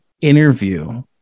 interview